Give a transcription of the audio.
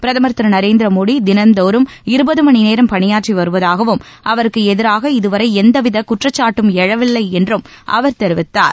பிரதமர் திரு நரேந்திர மோடி தினந்தோறும் இருபது மணிநேரம் பணியாற்றி வருவதாகவும் அவருக்கு எதிராக இதுவரை எந்தவித குற்றச்சாட்டும் எழவில்லை என்றும் அவர் தெரிவித்தார்